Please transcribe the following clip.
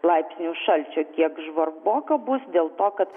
laipsnių šalčio kiek žvarboka bus dėl to kad